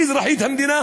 היא אזרחית המדינה